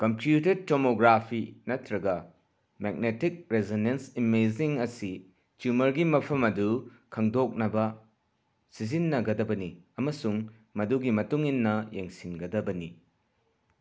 computer tomography ꯅꯠꯇꯔꯒ magnetic resonance imaging ꯑꯁꯤ ꯇ꯭ꯌꯨꯃꯔꯒꯤ ꯃꯐꯝ ꯑꯗꯨ ꯈꯪꯗꯣꯛꯅꯕ ꯁꯤꯖꯤꯟꯅꯒꯗꯕꯅꯤ ꯑꯃꯁꯨꯡ ꯃꯗꯨꯒꯤ ꯃꯇꯨꯡ ꯏꯟꯅ ꯌꯦꯡꯁꯤꯟꯒꯗꯕꯅꯤ